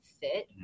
fit